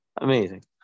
amazing